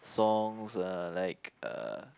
songs uh like uh